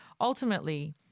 ultimately